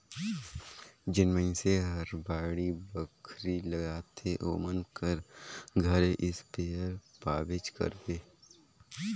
जेन मइनसे हर बाड़ी बखरी लगाथे ओमन कर घरे इस्पेयर पाबेच करबे